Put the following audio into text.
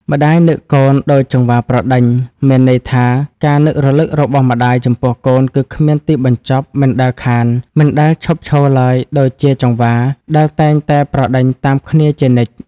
ម្ដាយនឹកកូន ដូចចង្វាប្រដេញ មានន័យថាការនឹករលឹករបស់ម្ដាយចំពោះកូនគឺគ្មានទីបញ្ចប់មិនដែលខាន មិនដែលឈប់ឈរឡើយដូចជាចង្វា ដែលតែងតែប្រដេញតាមគ្នាជានិច្ច។